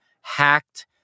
hacked